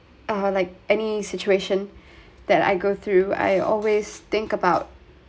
uh like any situation that I go through I always think about